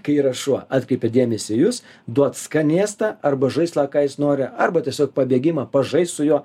kai yra šuo atkreipia dėmesį į jus duot skanėstą arba žaislą ką jis nori arba tiesiog pabėgimą pažaist su juo